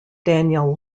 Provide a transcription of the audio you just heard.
daniel